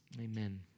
Amen